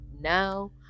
Now